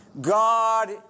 God